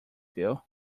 phil